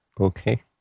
Okay